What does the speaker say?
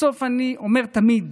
בסוף אני אומר תמיד: